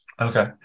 Okay